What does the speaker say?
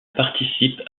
participe